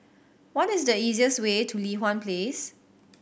what is the easiest way to Li Hwan Place